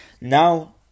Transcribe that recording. Now